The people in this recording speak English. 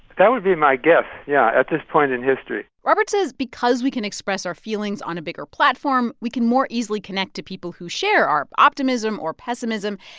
that would be my guess, yeah, at this point in history robert says because we can express our feelings on a bigger platform, we can more easily connect to people who share our optimism or pessimism,